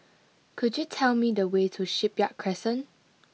could you tell me the way to Shipyard Crescent